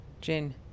gin